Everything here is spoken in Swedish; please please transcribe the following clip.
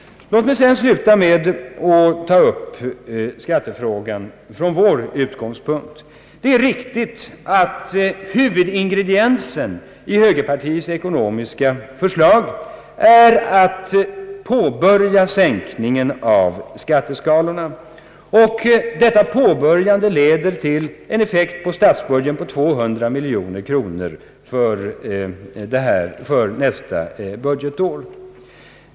Det är riktigt att huvudingrediensen i högerpartiets ekonomiska förslag är att påbörja sänkningen av skatteskalorna, och detta påbörjande leder till en effekt på statsbudgeten av 200 miljoner kronor för nästa budgetår.